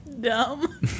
Dumb